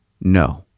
no